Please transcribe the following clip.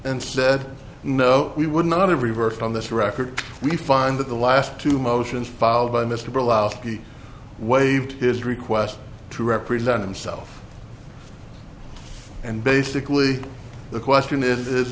and said no we would not have reversed on this record we find that the last two motions filed by mr louth be waived his request to represent himself and basically the question is is